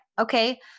Okay